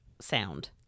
sound